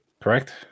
Correct